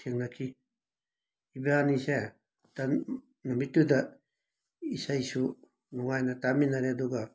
ꯊꯦꯡꯅꯈꯤ ꯏꯕꯥꯅꯤꯁꯦ ꯅꯨꯃꯤꯠꯇꯨꯗ ꯏꯁꯩꯁꯨ ꯅꯨꯡꯉꯥꯏꯅ ꯇꯥꯃꯤꯟꯅꯔꯦ ꯑꯗꯨꯒ